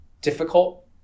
difficult